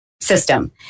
system